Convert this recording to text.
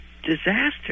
Disaster